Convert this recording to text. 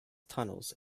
tunnels